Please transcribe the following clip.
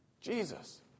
Jesus